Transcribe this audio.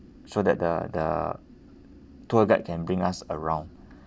so that the the tour guide can bring us around